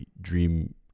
dream